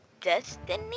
Destiny